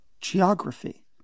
geography